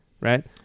right